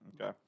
Okay